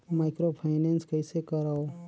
Microfinance कइसे करव?